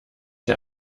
der